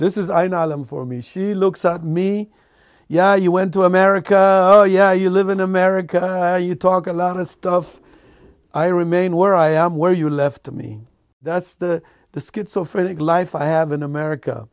this is i not them for me she looks at me yeah you went to america oh yeah you live in america you talk a lot of stuff i remain where i am where you left me that's the the skid so for it life i have in america